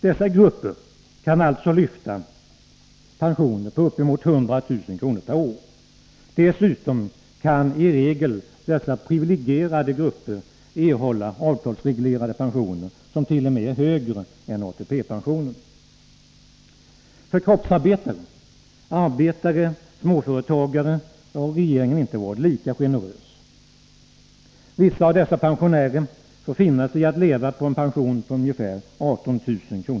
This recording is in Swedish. Dessa grupper kan alltså lyfta pensioner på uppemot 100 000 kr. per år. Dessutom kan dessa privilegierade grupper i regel erhålla avtalsreglerade pensioner som t.o.m. är högre än ATP pensionen. När det gäller kroppsarbetare och småföretagare har inte regeringen varit lika generös. Vissa av dessa pensionärer får finna sig i att leva på en pension på ungefär 18 000 kr.